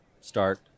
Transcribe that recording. start